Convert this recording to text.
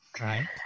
right